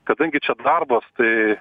kadangi čia darbas tai